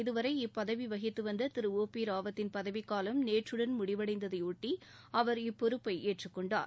இதுவரை இப்பதவி வகித்து வந்த திரு ஓ பி ராவத்தின் பதவிக் காலம் நேற்றுடன் முடிவடைந்ததையொட்டி அவர் இப்பொறுப்பை ஏற்றுக் கொண்டார்